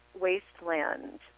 wasteland